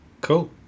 Cool